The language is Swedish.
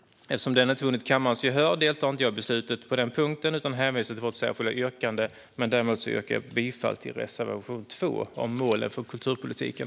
Eftersom den inte vunnit kammarens gehör deltar jag inte i beslutet på den punkten utan hänvisar till vårt särskilda yttrande. Jag yrkar däremot bifall till reservation 2 om målen för kulturpolitiken.